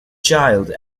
child